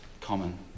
common